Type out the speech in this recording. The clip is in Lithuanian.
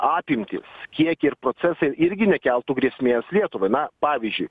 apimtys kiekį ir procesai irgi nekeltų grėsmės lietuvai na pavyzdžiui